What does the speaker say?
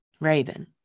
Raven